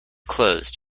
closed